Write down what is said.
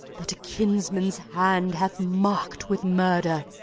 that a kinsman's hand hath marked with murder,